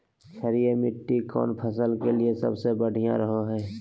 क्षारीय मिट्टी कौन फसल के लिए सबसे बढ़िया रहो हय?